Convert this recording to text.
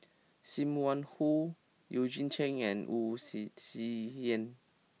Sim Wong Hoo Eugene Chen and Wu Tsai Yen